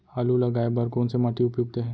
आलू लगाय बर कोन से माटी उपयुक्त हे?